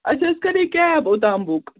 اَسہِ حظ کَرے کیب اوٚتام بُک